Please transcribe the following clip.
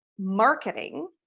marketing